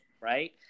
right